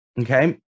Okay